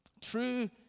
True